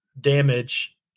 damage